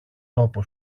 τόπο